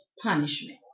punishment